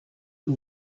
you